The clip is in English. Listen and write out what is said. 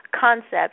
concept